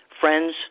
friends